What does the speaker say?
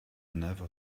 never